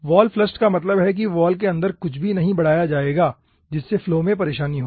wall flushed का मतलब है कि वॉल के अंदर कुछ भी नहीं बढ़ाया जाएगा जिससे फ्लो में परेशानी हो